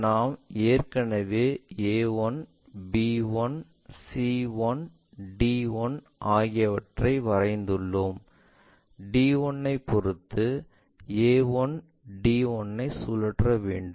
எனவே நாம் ஏற்கனவே a1 b 1 c 1 d 1 ஆகியவற்றை வரைந்துள்ளோம் d1 ஐ பொருத்து a1 d1 ஐ சுழற்ற வேண்டும்